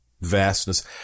vastness